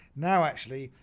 now actually,